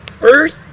Earth